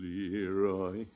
Leroy